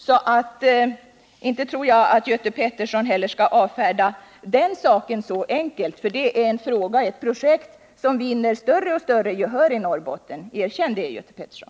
Jag tror därför inte att Göte Pettersson skall avfärda den saken så lätt. Det är ett projekt som vinner större och större gehör i Norrbotten. Erkänn det, Göte Pettersson!